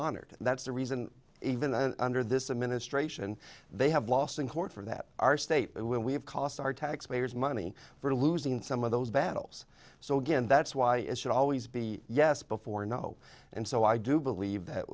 honored that's the reason even though under this administration they have lost in court for that our state when we have cost our taxpayers money for losing some of those battles so again that's why it should always be yes before no and so i do believe